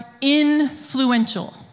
influential